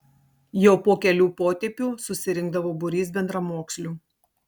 jau po kelių potėpių susirinkdavo būrys bendramokslių